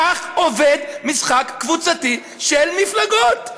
כך עובד משחק קבוצתי של מפלגות.